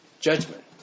judgment